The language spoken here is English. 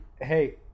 Hey